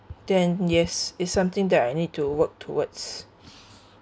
then yes it's something that I need to work towards